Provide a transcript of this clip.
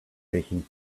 taking